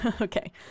Okay